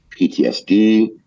PTSD